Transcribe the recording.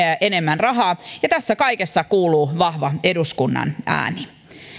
enemmän rahaa ja tässä kaikessa kuuluu vahva eduskunnan ääni